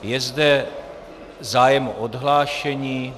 Je zde zájem o odhlášení.